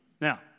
Now